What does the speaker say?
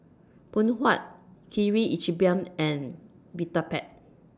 Phoon Huat Kirin Ichiban and Vitapet